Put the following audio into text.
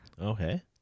Okay